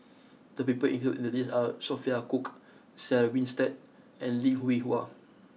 the people included in the list are Sophia Cooke Sarah Winstedt and Lim Hwee Hua